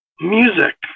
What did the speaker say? music